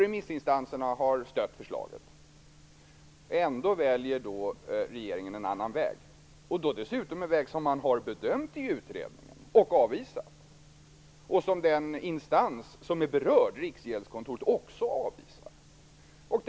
Remissinstanserna har stött förslaget. Ändå väljer regeringen en annan väg, och dessutom en väg som utredningen har bedömt och avvisat. Den instans som är berörd, Riksgäldskontoret, avvisar också denna.